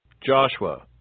Joshua